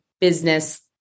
business